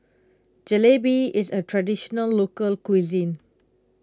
Jalebi is a Traditional Local Cuisine